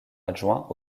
adjoint